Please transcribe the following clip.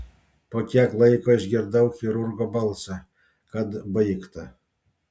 po kiek laiko išgirdau chirurgo balsą kad baigta